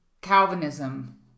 Calvinism